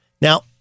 Now